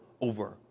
over